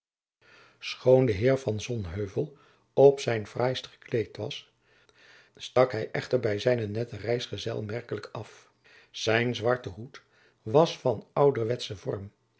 schoon de heer van sonheuvel op zijn fraaist gekleed was stak hij echter bij zijnen netten reisgezel merkelijk af zijn zwarte hoed was van ouderwetschen vorm